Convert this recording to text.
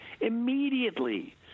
immediately